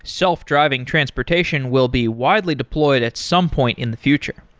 self-driving transportation will be widely deployed at some point in the future.